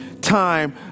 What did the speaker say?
time